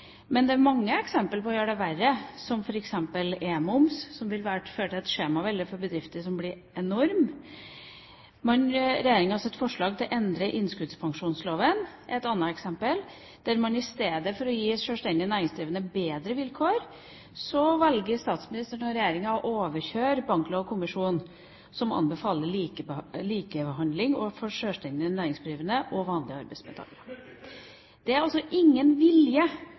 Men det er mange eksempel på at man gjør det verre, som f.eks. e-moms, som vil føre til et skjemavelde for bedrifter som blir enormt. Regjeringas forslag om å endre innskuddspensjonsloven er et annet eksempel. I stedet for å gi sjølstendig næringsdrivende bedre vilkår velger statsministeren og regjeringa å overkjøre Banklovkommisjonen, som anbefaler likebehandling overfor sjølstendig næringsdrivende og vanlige arbeidstakere. Det er altså ingen vilje